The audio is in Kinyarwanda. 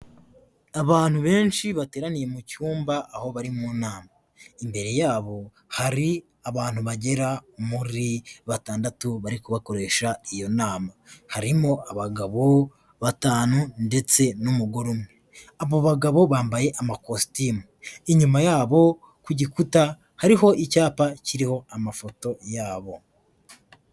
Abantu benshi bateraniye mu cyumba aho bari mu nama, imbere yabo hari abantu bagera muri batandatu bari kubakoresha iyo nama, harimo abagabo batanu ndetse n'umugore umwe, abo bagabo bambaye amakositimu, inyuma yabo ku gikuta hariho icyapa kiriho amafoto yabo.